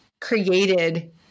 created